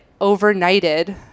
overnighted